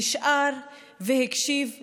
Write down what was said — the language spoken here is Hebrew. נשאר והקשיב לנאום,